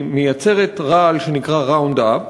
היא מייצרת רעל שנקרא Roundup,